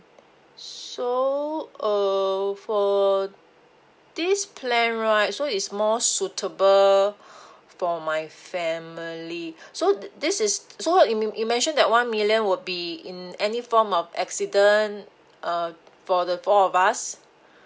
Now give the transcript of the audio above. so uh for this plan right so it's more suitable for my family so this is so you you mention that one million would be in any form of accident uh for the four of us